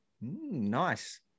Nice